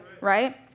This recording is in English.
Right